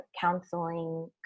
counseling